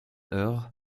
eure